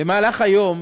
במהלך היום